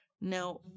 Now